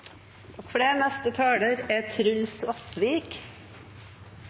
Takk for spørsmålene. Det er